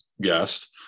guest